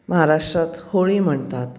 महाराष्ट्रात होळी म्हणतात